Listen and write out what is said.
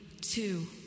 two